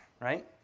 right